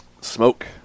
smoke